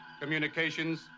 communications